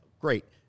great